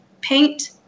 paint